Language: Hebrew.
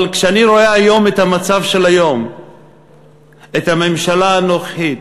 אבל כשאני רואה היום את המצב, את הממשלה הנוכחית,